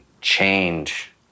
change